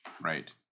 Right